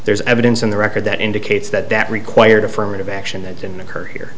there's evidence in the record that indicates that that required affirmative action that didn't occur here